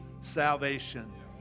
salvation